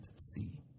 see